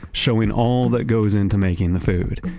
showing all that goes into making the food.